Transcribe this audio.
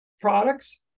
products